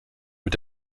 mit